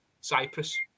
Cyprus